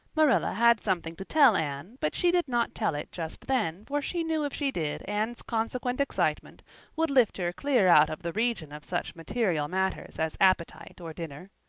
marilla had something to tell anne, but she did not tell it just then for she knew if she did anne's consequent excitement would lift her clear out of the region of such material matters as appetite or dinner.